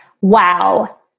Wow